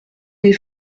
des